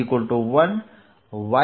x1 y